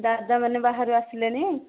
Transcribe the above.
ଦାଦାମାନେ ବାହାରୁ ଆସିଲେଣି